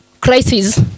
crisis